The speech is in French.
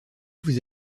vous